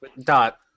Dot